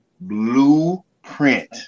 Blueprint